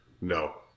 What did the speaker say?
No